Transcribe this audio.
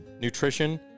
nutrition